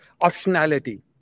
optionality